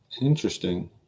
Interesting